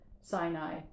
Sinai